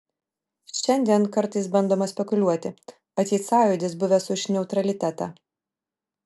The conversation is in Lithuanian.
šiandien kartais bandoma spekuliuoti atseit sąjūdis buvęs už neutralitetą